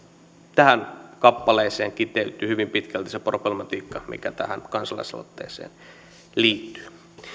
tähän kappaleeseen kiteytyy hyvin pitkälti se problematiikka mikä tähän kansalaisaloitteeseen